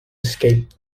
escaped